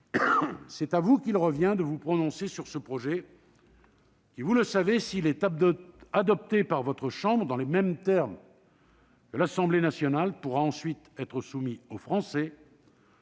c'est à vous qu'il revient de vous prononcer sur ce projet, qui, vous le savez, s'il est adopté par votre chambre dans les mêmes termes que l'Assemblée nationale, pourra ensuite être soumis aux Français